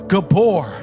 Gabor